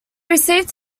received